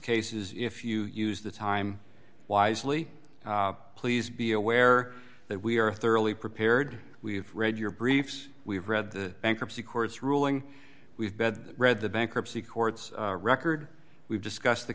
cases if you use the time wisely please be aware that we are thoroughly prepared we've read your briefs we've read the bankruptcy court's ruling we've bed read the bankruptcy courts record we've discussed the